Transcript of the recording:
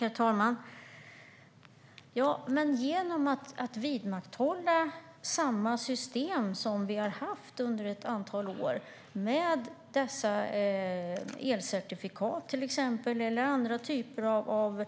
Herr talman! Ja, Lise Nordin, men om man vidmakthåller samma system som vi har haft under ett antal år, med dessa elcertifikat eller andra typer av